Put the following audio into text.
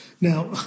Now